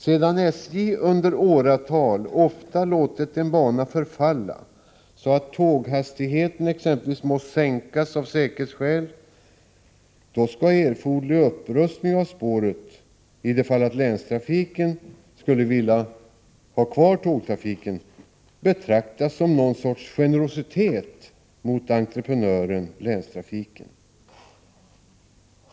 Sedan SJ ofta under åratal låtit en bana förfalla så att tåghastigheten exempelvis måst sänkas av säkerhetsskäl, skall erforderlig upprustning av spåret, i det fall länstrafiken alltså skulle vilja ha kvar tågtrafiken, betraktas som någon sorts generositet mot entreprenören/länstrafiken.